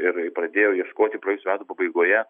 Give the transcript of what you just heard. ir pradėjo ieškoti praėjusių metų pabaigoje